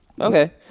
Okay